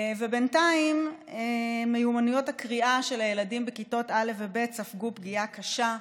ובינתיים מיומנויות הקריאה של הילדים בכיתות א' וב' ספגו פגיעה קשה,